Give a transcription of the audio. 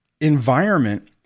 environment